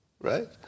right